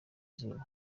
izuba